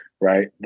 right